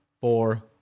four